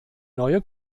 neue